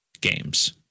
games